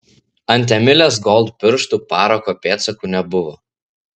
ant emilės gold pirštų parako pėdsakų nebuvo